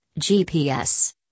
GPS